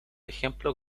ejemplo